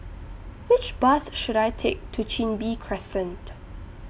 Which Bus should I Take to Chin Bee Crescent